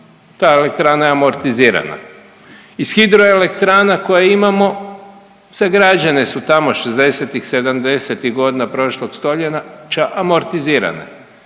ta elektrana je amortizirana. Iz hidroelektrana koje imamo, sagrađene su tamo '60.-tih, '70.-tih godina prošlog stoljeća, amortizirane.